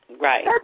right